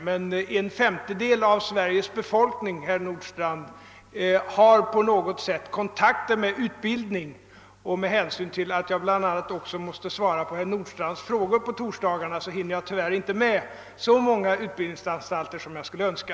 Men en femtedel av Sveriges befolkning, herr Nordstrandh, har på något sätt kontakt med utbildning, och med hänsyn bi. a. till att jag måste svara på herr Nordstrandhs frågor på torsdagarna hinner jag tvvärr inte att besöka så många utbildningsanstalter som jag skulle önska.